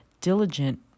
diligent